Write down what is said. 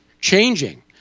changing